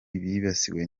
bibasiwe